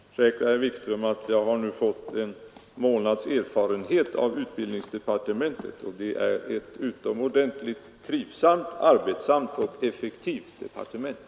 Herr talman! Jag skall bara kort säga till herr Wikström att jag nu har fått en månads erfarenhet av utbildningsdepartementet, och det är ett utomordentligt trivsamt, arbetsamt och effektivt departement.